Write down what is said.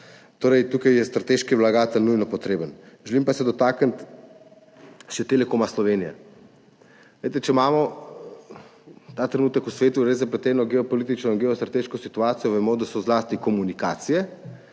Tukaj je strateški vlagatelj nujno potreben. Želim pa se dotakniti še Telekoma Slovenije. Če imamo ta trenutek v svetu res zapleteno geopolitično in geostrateško situacijo, vemo, da so zlasti komunikacije